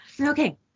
okay